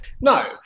No